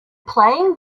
playing